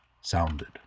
sounded